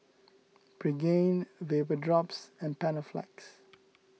Pregain Vapodrops and Panaflex